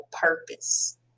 purpose